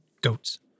goats